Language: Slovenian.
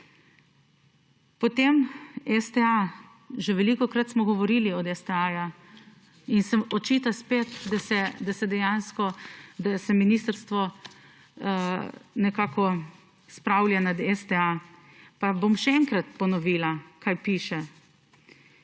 Potem STA. Že velikokrat smo govorili o STA in se spet očita, da se ministrstvo nekako spravlja nad STA. Pa bom še enkrat ponovila, kaj piše